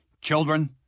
children